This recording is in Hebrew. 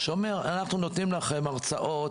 שאומר שאנחנו נותנים הרצאות,